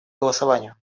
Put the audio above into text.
голосованию